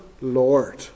Lord